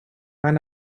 van